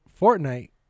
Fortnite